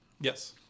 Yes